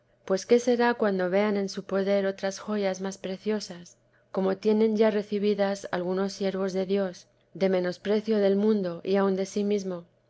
pues qué será cuando vean en su poder otras joyas más preciosas como tienen ya recibidas algunos siervos de dios de menosprecio del mundo y aun de sí mesmo